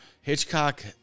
hitchcock